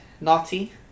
Naughty